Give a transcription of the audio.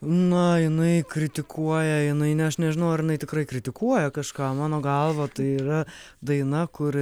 na jinai kritikuoja jinai ne aš nežinau ar jinai tikrai kritikuoja kažką mano galva tai yra daina kur